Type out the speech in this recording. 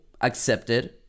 accepted